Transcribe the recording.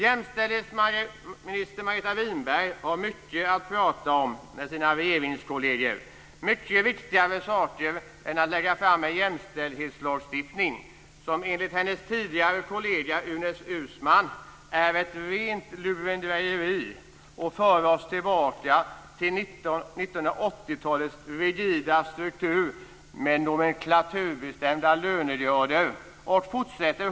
Jämställdhetsminister Margareta Winberg har mycket att prata om med sina regeringskolleger - mycket viktigare saker än att lägga fram en jämställdhetslagstiftning som enligt hennes tidigare kollega Ines Uusmann är ett rent lurendrejeri och som för oss tillbaka till 1980-talets rigida struktur med nomenklaturbestämda lönegrader.